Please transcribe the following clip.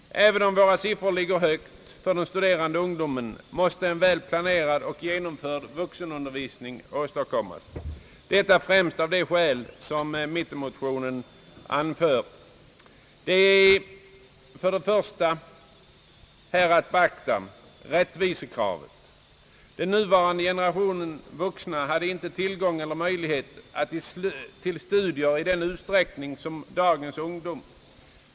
även om våra siffror ligger högt för den studerande ungdomen måste en väl planerad och genomförd vuxenundervisning åstadkommas. Detta främst av de skäl som mittenmotionen anför. För det första har vi att beakta rättvisekravet. Den nuvarande generationen vuxna hade inte tillgång eller möjligheter till studier i den utsträckning som dagens ungdom har.